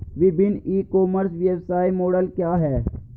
विभिन्न e commerce व्यवसाय model क्या हैं?